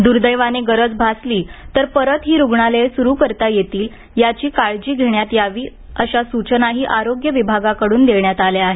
दुर्दैवाने गरज भासली तर परत ही रुग्णालये सुरू करता येतील याची काळजी घेण्यात यावी अशा सूचनाही आरोग्य विभागाकडून देण्यात आल्या आहेत